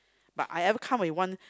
but I ever come with one